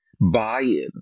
buy-in